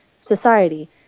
society